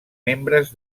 membres